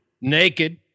naked